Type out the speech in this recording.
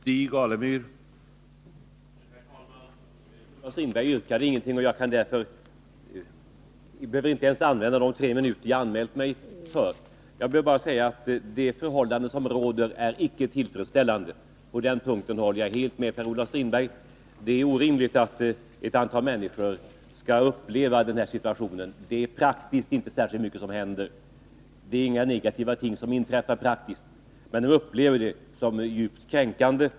Herr talman! Per-Olof Strindberg har inget yrkande, och jag behöver därför inte använda ens de tre minuter som jag hade anmält mig för. Det förhållande som råder för baltiska invandrare är inte tillfredsställande. På den punkten håller jag helt med Per-Olof Strindberg. Det är orimligt att ett antal människor skall behöva uppleva denna situation. Det är praktiskt inte särskilt mycket som händer. Inga negativa ting inträffar. Men människorna upplever förhållandet såsom djupt kränkande.